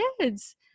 kids